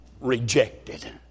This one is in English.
Rejected